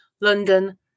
London